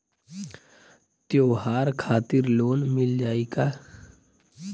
त्योहार खातिर लोन मिल जाई का?